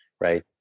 right